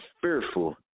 fearful